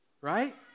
right